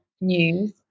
news